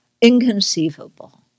inconceivable